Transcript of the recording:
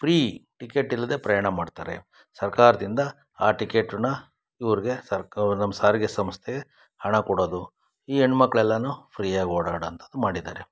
free ಟಿಕೆಟಿಲ್ಲದೆ ಪ್ರಯಾಣ ಮಾಡ್ತಾರೆ ಸರ್ಕಾರದಿಂದ ಆ ಟಿಕೆಟನ್ನ ಇವ್ರಿಗೆ ಸರ್ಕಾರ ನಮ್ಮ ಸಾರಿಗೆ ಸಂಸ್ಥೆ ಹಣ ಕೊಡೋದು ಈ ಹೆಣ್ ಮಕ್ಳೆಲ್ಲಾ ಫ್ರೀಯಾಗಿ ಓಡಾಡೋಂಥದ್ದು ಮಾಡಿದ್ದಾರೆ